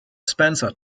spencer